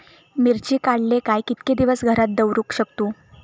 मिर्ची काडले काय कीतके दिवस घरात दवरुक शकतू?